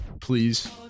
please